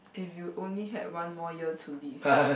if you only had one more year to live